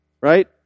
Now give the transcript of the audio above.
right